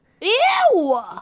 Ew